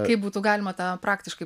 kaip būtų galima tą praktiškai